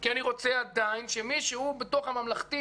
כי אני ודאי רוצה עדיין שמי שהוא בתוך הממלכתי